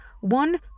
One